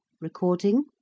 Recording